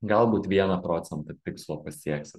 galbūt vieną procentą tikslo pasieksit